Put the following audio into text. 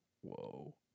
whoa